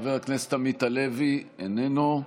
חבר הכנסת עמית הלוי, איננו.